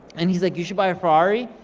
and he's like, you should buy a ferrari,